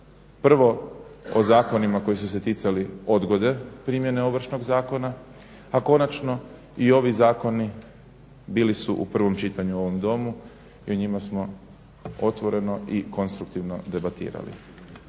Prvo o zakonima koji su se ticali odgode primjene Ovršnog zakona, a konačno i ovi zakoni bili su u prvom čitanju u ovom Domu i o njima smo otvoreno i konstruktivno debatirali.